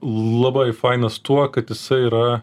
labai fainas tuo kad jisai yra